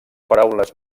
paraules